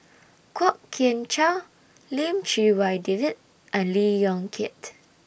Kwok Kian Chow Lim Chee Wai David and Lee Yong Kiat